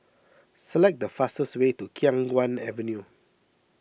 select the fastest way to Khiang Guan Avenue